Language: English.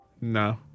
No